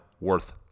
worth